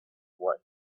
what